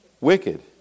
Wicked